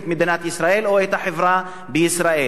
את מדינת ישראל או את החברה בישראל.